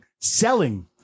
selling